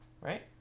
right